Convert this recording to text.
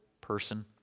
person